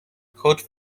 coach